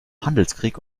handelskrieg